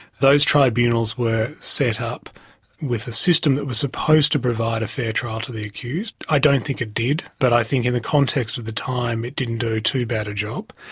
those tribunals were set up with a system that was supposed to provide a fair trial to the accused. i don't think it did, but i think in the context of the time, it didn't do too bad a job.